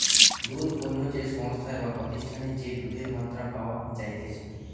দুধ পণ্য যে সংস্থায় বা প্রতিষ্ঠানে যে দুধের মাত্রা পাওয়া যাইতেছে